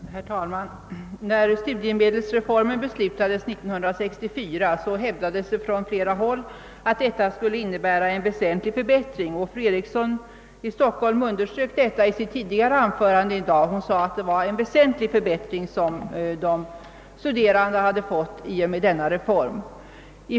Herr talman! När studiemedelsreformen beslutades år 1964 hävdades från flera håll att den innebar en väsentlig förbättring. Fru Eriksson i Stockholm underströk detta i sitt tidigare anförande i dag. Hon sade att de studerande hade fått en väsentlig förbättring i och med denna reform.